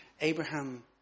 Abraham